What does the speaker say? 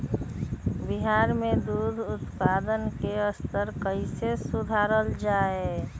बिहार में दूध उत्पादन के स्तर कइसे सुधारल जाय